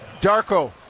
Darko